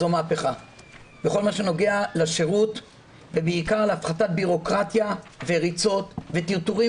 זו מהפכה בכל מה שנוגע לשירות ובעיקר להפחתת בירוקרטיה וריצות וטרטורים